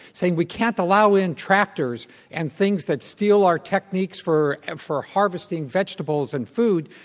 saying, we can't allow in tractors and things that steal our techniques for and for harvesting vegetables and food,